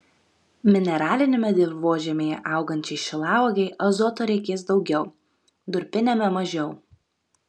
mineraliniame dirvožemyje augančiai šilauogei azoto reikės daugiau durpiniame mažiau